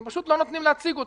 הם פשוט לא נותנים להציג אותה.